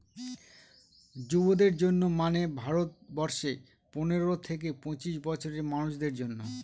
যুবদের জন্য মানে ভারত বর্ষে পনেরো থেকে পঁচিশ বছরের মানুষদের জন্য